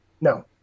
No